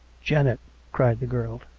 janet cried the girl.